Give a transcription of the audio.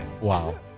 Wow